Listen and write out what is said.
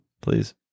please